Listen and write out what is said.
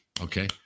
okay